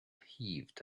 heaved